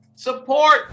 Support